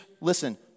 listen